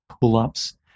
pull-ups